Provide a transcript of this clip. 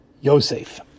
Yosef